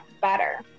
better